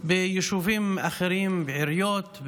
ביישובים אחרים, בעיריות,